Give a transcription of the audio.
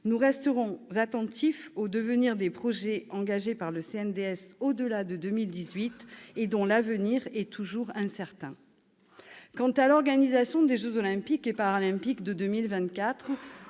nous resterons attentifs au devenir des projets engagés par le CNDS au-delà de 2018 et dont l'avenir est toujours incertain. Quant à l'organisation des jeux Olympiques et Paralympiques de 2024,